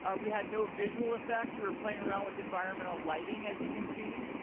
ah we had no visual effects. we were playing around with environmental lighting, as you can see.